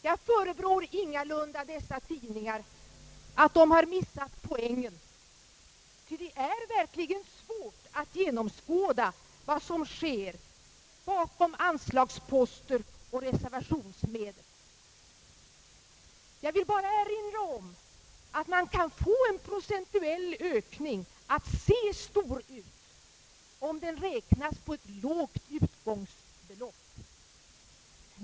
Jag förebrår ingalunda dessa tidningar för att de har missat poängen, ty det är verkligen svårt att genomskåda vad som sker bakom anslagsposter och reservationsmedel. Jag vill bara erinra om att man kan få en procentuell ökning att se stor ut, om den räknas på ett lågt utgångsbelopp.